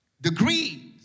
degrees